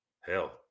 hell